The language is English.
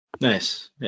Nice